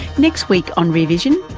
next week on rear vision,